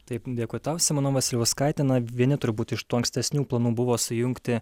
taip dėkui tau simona vasiliauskaitė na vieni turbūt iš tų ankstesnių planų buvo sujungti